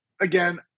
again